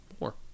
more